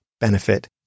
benefit